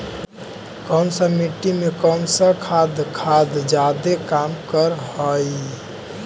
कौन सा मिट्टी मे कौन सा खाद खाद जादे काम कर हाइय?